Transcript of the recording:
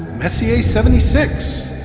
messier seventy six